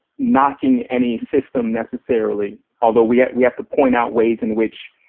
knocking any system necessarily, although we we have to point out ways in which,